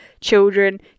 children